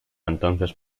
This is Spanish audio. entonces